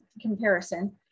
comparison